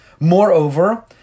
Moreover